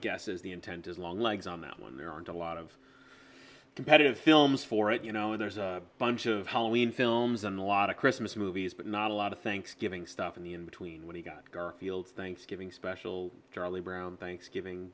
guess is the intended long legs on that one there aren't a lot of competitive films for it you know there's a bunch of halloween films and a lot of christmas movies but not a lot of thanksgiving stuff in the in between when he got garfield thanksgiving special charlie brown thanksgiving